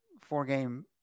four-game